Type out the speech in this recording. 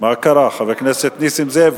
מה קרה, חבר הכנסת נסים זאב?